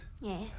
Yes